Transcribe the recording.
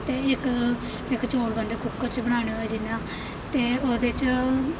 ते इक इक चौल बनदे कुक्कर च बनाने होए जि'यां ते ओह्दे च